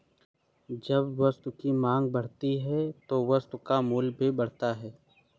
जब वस्तु की मांग बढ़ती है तो वस्तु का मूल्य भी बढ़ता है